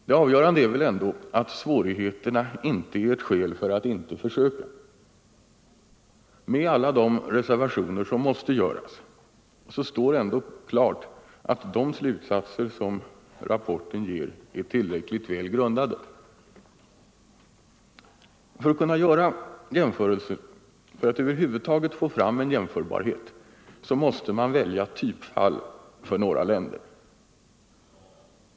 Det avgörande är väl ändå att svårigheterna inte är skäl för att inte försöka. Med alla de reservationer som måste göras står det dock klart att de slutsatser som rapporten ger är tillräckligt väl grundade. För att kunna göra jämförelser, för att över huvud taget få fram en jämförbarhet, måste man välja typfall från några länder.